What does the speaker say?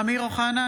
(קוראת בשמות חברי הכנסת) אמיר אוחנה,